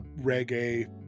reggae